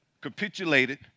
capitulated